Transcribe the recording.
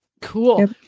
Cool